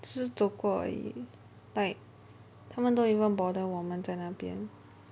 只是走过而已 like 他们 don't even bother 我们在那边